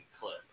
clip